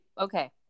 Okay